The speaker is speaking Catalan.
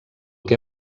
que